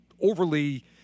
overly